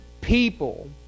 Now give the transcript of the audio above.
people